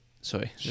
sorry